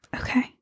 Okay